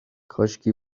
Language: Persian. کاشکی